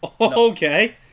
Okay